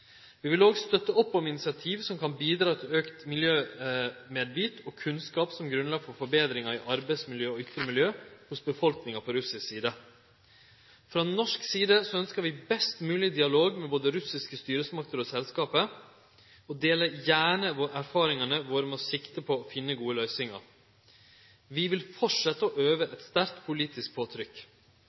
Vi vil òg støtte opp om initiativ som kan bida til auka miljømedvit og kunnskap som grunnlag for forbetringar i arbeidsmiljø og ytre miljø hos befolkninga på russisk side. Frå norsk side ønskjer vi best mogleg dialog med både russiske styresmakter og selskapet og deler gjerne erfaringane våre med sikte på å finne gode løysingar. Vi vil fortsetje å øve eit sterkt politisk påtrykk.